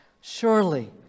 surely